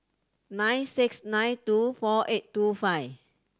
nine six nine two four eight two five